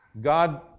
God